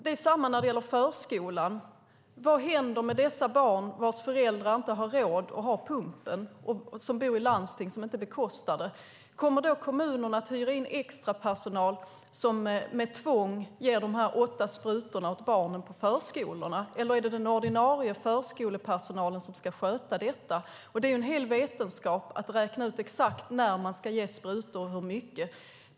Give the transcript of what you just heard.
Samma sak gäller förskolan. Vad händer med dessa barn vars föräldrar bor i landsting som inte bekostar pumpen och inte har råd med den? Kommer kommunerna att hyra in extrapersonal till förskolan som med tvång ger barnen de åtta sprutorna? Eller är det den ordinarie förskolepersonalen som ska sköta detta? Den är en hel vetenskap att räkna ut exakt när man ska ge sprutor och hur mycket.